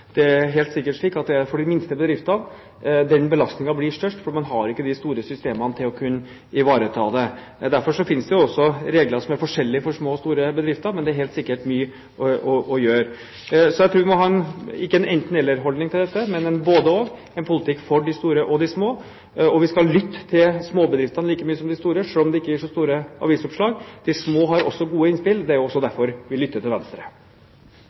det helt sikkert er slik at det er for de minste bedriftene at den belastningen blir størst, for man har ikke de store systemene til å kunne ivareta det. Derfor finnes det også regler som er forskjellige for små og store bedrifter. Men det er helt sikkert mye å gjøre. Så jeg tror man ikke må ha en enten–eller-holdning til dette, men en både–og-holdning – en politikk for både de store og de små. Vi skal lytte til småbedriftene, like mye som til de store, selv om det ikke gir så store avisoppslag. De små har også gode innspill. Det er også derfor vi lytter til Venstre.